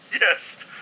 Yes